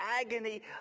agony